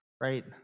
right